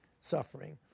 suffering